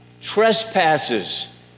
Trespasses